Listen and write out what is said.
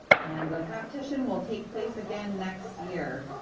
and the competition will take place again next year.